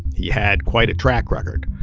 he had quite a track record.